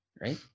right